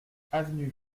avenue